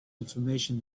information